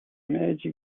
meiji